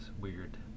weird